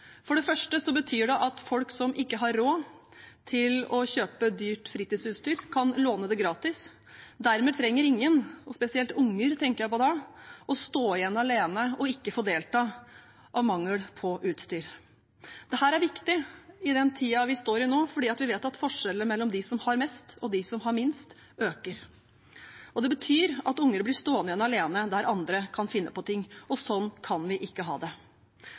For det første betyr det at folk som ikke har råd til å kjøpe dyrt fritidsutstyr, kan låne det gratis. Dermed trenger ingen – spesielt barn, tenker jeg på da – å stå igjen alene og ikke få delta på grunn av mangel på utstyr. Dette er viktig i den tiden vi er i nå, for vi vet at forskjellene mellom dem som har mest, og dem som har minst, øker. Det betyr at barn blir stående igjen alene der andre kan finne på ting, og sånn kan vi ikke ha det.